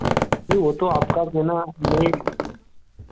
नहीं वह तो आपका भोना नहीं नहीं